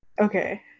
Okay